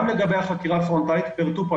גם לגבי החקירה הפרונטלית פרטו פה,